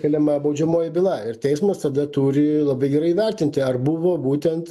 keliama baudžiamoji byla ir teismas tada turi labai gerai įvertinti ar buvo būtent